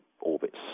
orbits